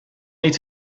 niet